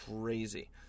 crazy